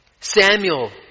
Samuel